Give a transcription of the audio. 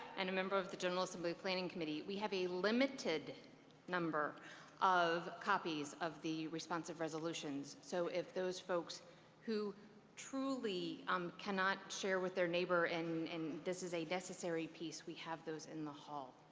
and a member of the general assembly's planning committee. we have a limited number of copies of the responsive resolutions, so if those folks who truly um cannot share with their neighbor and this is a necessary piece, we have those in the hall.